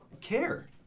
care